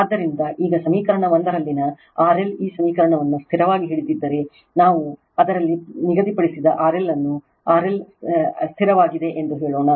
ಆದ್ದರಿಂದ ಈಗ ಸಮೀಕರಣ 1 ರಲ್ಲಿನ RL ಈ ಸಮೀಕರಣವನ್ನು ಸ್ಥಿರವಾಗಿ ಹಿಡಿದಿದ್ದರೆ ನಾವು ಅದರಲ್ಲಿ ನಿಗದಿಪಡಿಸಿದ RL ಅನ್ನು RL ಸ್ಥಿರವಾಗಿದೆ ಎಂದು ಹೇಳೋಣ